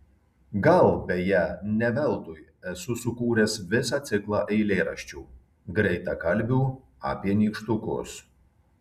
gal beje ne veltui esu sukūręs visą ciklą eilėraščių greitakalbių apie nykštukus